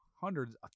hundreds